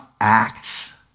acts